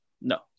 No